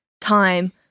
time